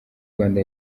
rwanda